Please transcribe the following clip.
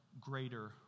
greater